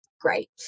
great